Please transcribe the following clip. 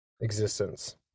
existence